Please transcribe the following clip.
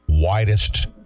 widest